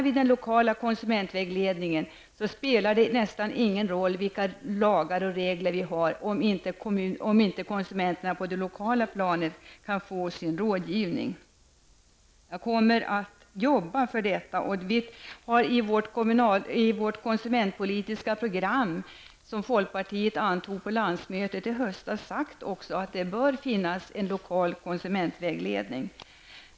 Om lokal konsumentvägledning saknas, blir lagar och regler betydelselösa. Det viktiga är att konsumenterna på det lokala planet kan få sin rådgivning. Jag kommer att jobba för att detta skall vara möjligt. I det konsumentpolitiska program som vi i folkpartiet antog på vårt landsmöte i höstas säger vi att det bör finnas en lokal konsumentvägledning.